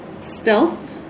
Stealth